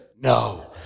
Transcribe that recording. no